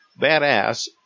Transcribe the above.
badass